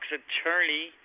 attorney